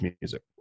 music